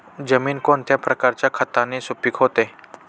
जमीन कोणत्या प्रकारच्या खताने सुपिक होते?